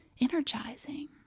energizing